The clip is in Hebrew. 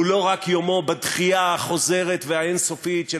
והוא לא רק יומו בדחייה החוזרת והאין-סופית של,